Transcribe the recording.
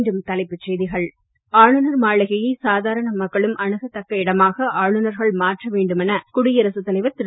மீண்டும் தலைப்புச் செய்திகள் ஆளுநர் மாளிகையை சாதாரண மக்களும் அணுகத் தக்க இடமாக ஆளுநர்கள் மாற்ற வேண்டும் என குடியரசுத் தலைவர் திரு